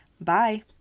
Bye